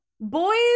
boys